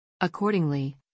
Accordingly